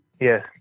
Yes